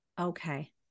Okay